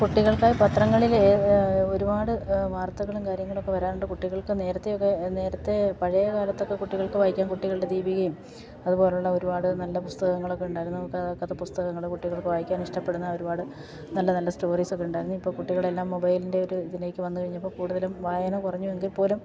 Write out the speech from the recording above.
കുട്ടികൾക്കായി പത്രങ്ങളിൽ ഒരുപാട് വാർത്തകളും കാര്യങ്ങളൊക്കെ വരാറുണ്ട് കുട്ടികൾക്ക് നേരത്തെയൊക്കെ നേരത്തെ പഴയ കാലത്തൊക്കെ കുട്ടികൾക്ക് വായിക്കാൻ കുട്ടികളുടെ ദീപകയും അതുപോലുള്ള ഒരുപാട് നല്ല പുസ്തകങ്ങളൊക്കെ ഉണ്ടായിരുന്നു കഥാ പുസ്തകങ്ങൾ കുട്ടികൾക്ക് വായിക്കാൻ ഇഷ്ടപ്പെടുന്ന ഒരുപാട് നല്ല നല്ല സ്റ്റോറീസൊക്കെ ഉണ്ടായിരുന്നു ഇപ്പോൾ കുട്ടികളെല്ലാം മൊബൈലിൻ്റെ ഒരു ഇതിലേക്ക് വന്നു കഴിഞ്ഞപ്പോൾ കൂടുതലും വായന കുറഞ്ഞു എങ്കിൽപ്പോലും